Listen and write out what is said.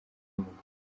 umugore